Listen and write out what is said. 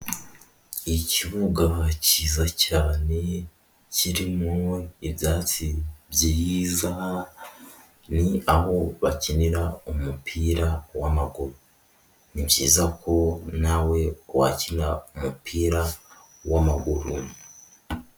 Ikibuga cyiza cyane kiririmo ibyatsi byiza, ni aho bakinira umupira w'amaguru, ni byiza ko nawe wakina umupira w'amaguru.